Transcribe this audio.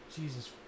Jesus